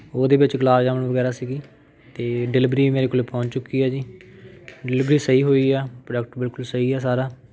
ਉਹਦੇ ਵਿੱਚ ਗੁਲਾਬ ਜਾਮੁਨ ਵਗੈਰਾ ਸੀਗੀ ਅਤੇ ਡਿਲੀਵਰੀ ਮੇਰੇ ਕੋਲ ਪਹੁੰਚ ਚੁੱਕੀ ਹੈ ਜੀ ਡਿਲੀਵਰੀ ਸਹੀ ਹੋਈ ਆ ਪ੍ਰੋਡਕਟ ਬਿਲਕੁਲ ਸਹੀ ਆ ਸਾਰਾ